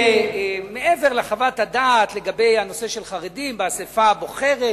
מעבר לחוות הדעת לגבי הנושא של חרדים באספה הבוחרת,